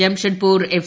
Jamshedpur F